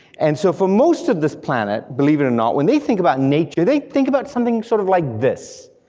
and so for most of this planet, believe it or and not, when they think about nature, they think about something sort of like this,